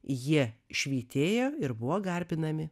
jie švytėjo ir buvo garbinami